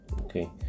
okay